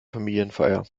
familienfeier